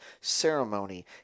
ceremony